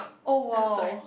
oh !wow!